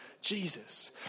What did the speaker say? Jesus